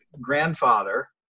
grandfather